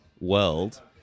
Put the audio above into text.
world